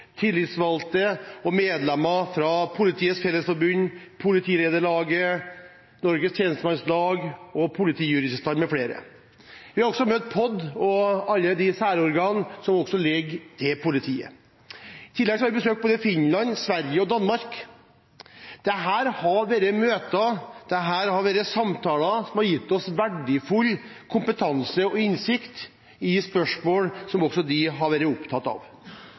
tillitsvalgte og medlemmer av Politiets Fellesforbund, Politilederlaget, Norsk Tjenestemannslag, Politijuristene m.fl. Vi har også møtt POD og alle de særorganene som ligger til politiet. I tillegg har vi besøkt både Finland, Sverige og Danmark. Dette har vært møter og samtaler som har gitt oss verdifull kompetanse og innsikt i spørsmål som også de har vært opptatt av.